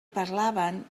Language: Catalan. parlaven